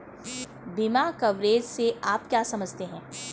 बीमा कवरेज से आप क्या समझते हैं?